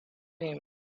him